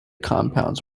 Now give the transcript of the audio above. compounds